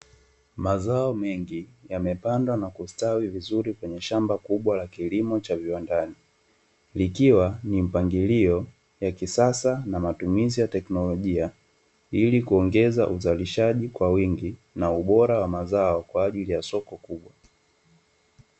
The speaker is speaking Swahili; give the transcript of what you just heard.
Mazao mengi yamepandwa na kustawi vizuri kwenye shamba kubwa la kilimo cha viwandani, ikiwa ni mpangilio ya kisasa na matumizi ya teknolojia, ili kuongeza uzalishaji kwa wingi na ubora wa mazao kwaajili ya soko kubwa.